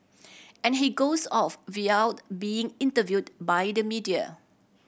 and he goes off without being interviewed by the media